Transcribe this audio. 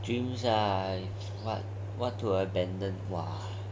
dreams ah what to abandon !wah!